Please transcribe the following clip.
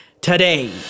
Today